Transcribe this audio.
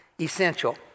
essential